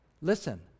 Listen